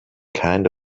kind